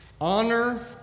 Honor